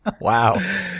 Wow